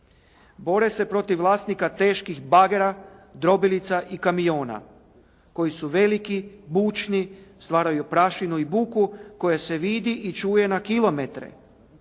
Bore se protiv vlasnika teških bagera, drobilica i kamiona koji su veliki, bučni, stvaraju prašinu i buku koja se vidi i čuje na kilometre